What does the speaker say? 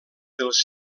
dels